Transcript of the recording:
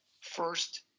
first